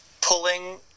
pulling